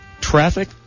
traffic